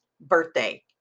birthday